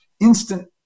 instant